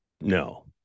No